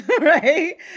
right